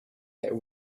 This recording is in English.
that